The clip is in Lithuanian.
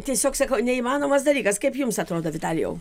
tiesiog sakau neįmanomas dalykas kaip jums atrodo vitalijau